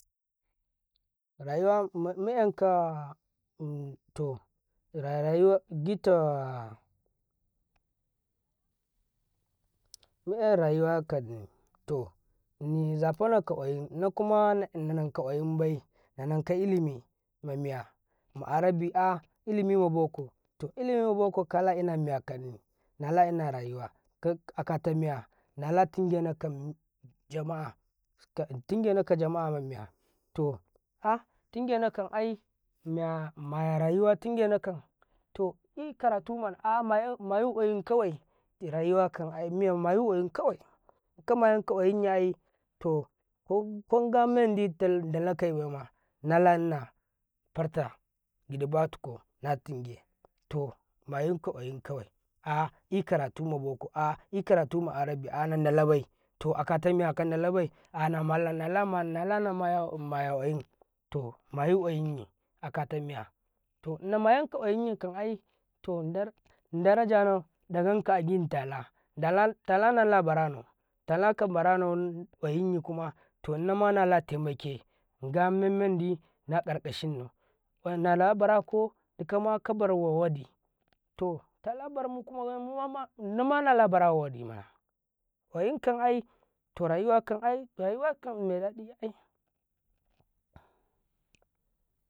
﻿ rayuwa mu enkah in to rara ra yuwa gitta muen rayuwa kanni to ni ne zafana ka ƙwayin nakuma nanan ka ƙwayim bai nananka ilimi mami ya ma'arabi ah ilimi maboko to ilimi maboko kala miya kanni nala inarayuwa ko akata miya nala tingena kanni Jama'a tingena ka jama'a mamiya to ah tingenakan ai miya ma rayuwa tingene ka to ikaratu kan mayan mayu ƙwayin kawai to rayuwai kan muemma magu ƙwayin kawai kama yanka ƙwa yinyi ai to kaga memmandi nakai manala ina farta gidi batu ko nala tinge to mayum ka ƙwayin kawai ah ikartu maboko ah ikaratuma arabbi ah nandalabai to a kata miya kandalabai ah namala nala mala ƙwayin to mayu ƙwayin akata miya to namayan ka ƙwayinyin kam ai to ai dara janau da ganka agitala tala nala bara nau talaka nala barana ƙwayin yikuma namanlate make aimem mandi na ƙwarƙashinnau nala bala bara kodikama dikama kabar ka wadi tala barmu kuma mu bar nama nala bara awadi mana ƙwayinkan ai to rayuwa kan ai medaɗi ai.